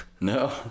No